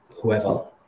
whoever